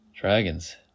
Dragons